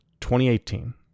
2018